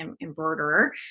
embroiderer